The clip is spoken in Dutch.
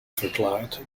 verklaard